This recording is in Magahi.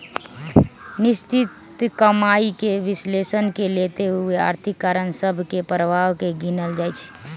निश्चित कमाइके विश्लेषण के लेल बहुते आर्थिक कारण सभ के प्रभाव के गिनल जाइ छइ